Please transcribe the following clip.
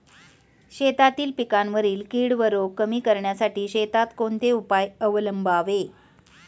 शेतातील पिकांवरील कीड व रोग कमी करण्यासाठी शेतात कोणते उपाय अवलंबावे?